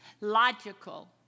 logical